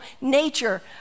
nature